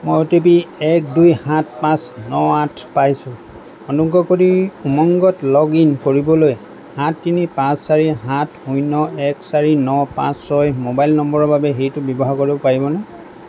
মই O T P এক দুই সাত পাঁচ ন আঠ পাইছোঁ অনুগ্ৰহ কৰি উমংগত লগ ইন কৰিবলৈ সাত তিনি পাঁচ চাৰি সাত শূন্য এক চাৰি ন পাঁচ ছয় ম'বাইল নম্বৰৰ বাবে সেইটো ব্যৱহাৰ কৰিব পাৰিবনে